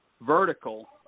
vertical